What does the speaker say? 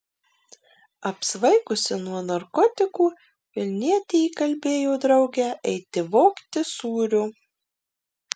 apsvaigusi nuo narkotikų vilnietė įkalbėjo draugę eiti vogti sūrio